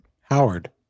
Howard